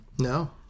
No